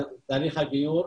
תהליך הגיור,